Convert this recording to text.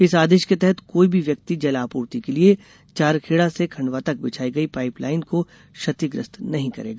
इस आदेश के तहत कोई भी व्यक्ति जल आपूर्ति के लिए चारखेड़ा से खंडवा तक बिछाई गई पाइप लाइन को क्षतिग्रस्त नही करेगा